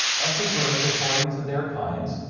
of the birds according to their kinds,